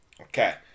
Okay